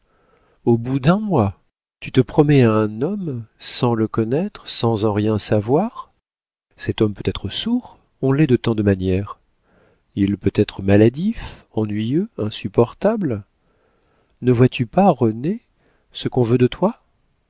au bout d'un mois tu te promets à un homme sans le connaître sans en rien savoir cet homme peut être sourd on l'est de tant de manières il peut être maladif ennuyeux insupportable ne vois-tu pas renée ce qu'on veut faire de toi